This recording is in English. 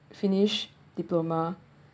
finished diploma